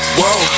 whoa